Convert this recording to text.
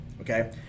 okay